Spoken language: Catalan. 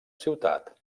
ciutat